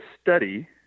study